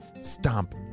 Stomp